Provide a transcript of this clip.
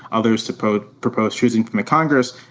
others proposed proposed choosing from the congress,